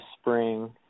spring